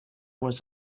was